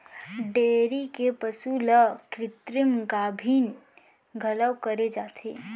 dairy के पसु ल कृत्रिम गाभिन घलौ करे जाथे